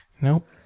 Nope